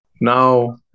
Now